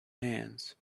hands